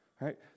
right